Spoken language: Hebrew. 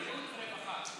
ועדת הבריאות והרווחה.